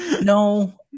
No